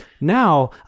Now